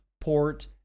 port